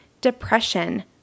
depression